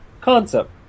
concept